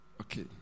Okay